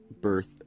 birth